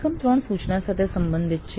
એકમ 3 સૂચના સાથે સંબંધિત છે